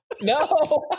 No